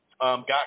got